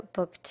Book